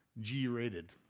G-rated